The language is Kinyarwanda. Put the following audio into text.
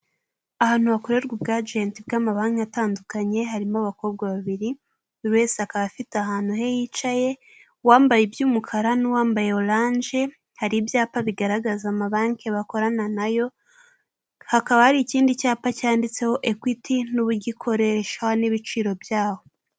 Ahantu hakorerwa ubwajenti bw'amabanki atandukanye harimo abakobwa babiri, buri wese akaba afite ahantu he yicaye uwambaye iby'umukara n'uwambaye oranje, hari ibyapa bigaragaza amabanki bakorana nayo, hakaba hari ikindi cyapa cyanditseho ekwiti n'uburyo ikoreshwa n'ibiciro byaho.